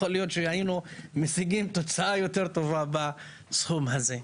יכול להיות שהיינו משיגים תוצאה יותר טובה בסכום הזה.